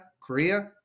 Korea